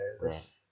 right